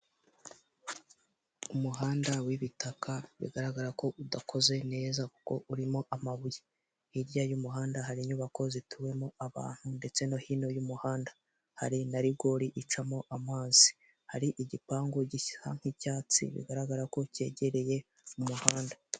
Umuhanda w'ibitaka bigaragara ko udakoze neza kuko urimo amabuye hirya y'umuhanda hari inyubako zituwemo n'abantu ndetse no hino y'umuhanda hari na rigo icamo amazi, hari igipangu gisa nki'cyatsi bigaragara ko cyegereye umuhanda.